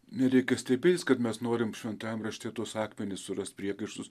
nereikia stebėtis kad mes norim šventajam rašte tuos akmenis surast priekaištus